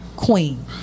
Queen